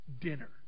Dinner